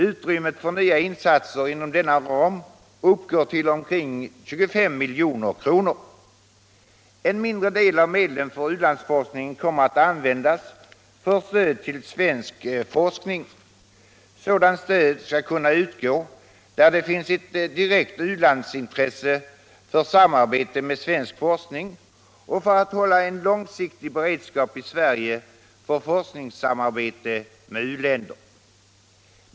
Utrymmet för nya insatser inom denna ram är omkring 25 milj.kr. En mindre del av medlen för u-landsforskning kommer att användas för stöd till svensk forskning. Sådant stöd skall kunna utgå där det finns ett direkt u-landsintresse för samarbete med svensk forskning och för att hålla en långsiktig beredskap i Sverige för forskningssamarbete med u-länder.